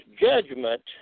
judgment